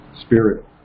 spirit